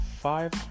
five